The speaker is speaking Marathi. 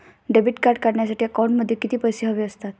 डेबिट कार्ड काढण्यासाठी अकाउंटमध्ये किती पैसे हवे असतात?